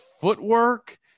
footwork